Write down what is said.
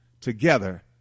together